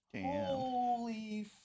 Holy